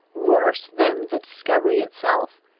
worse than the discovery itself,